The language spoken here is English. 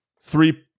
three